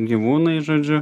gyvūnai žodžiu